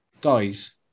guys